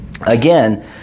Again